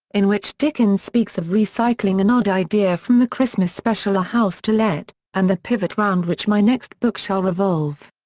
in which dickens speaks of recycling an odd idea from the christmas special a house to let and the pivot round which my next book shall revolve.